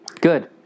Good